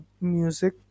music